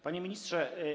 Panie Ministrze!